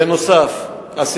נוסף על כך,